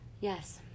yes